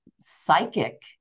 psychic